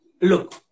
look